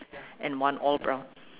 and one all brown